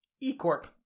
E-Corp